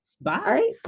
Bye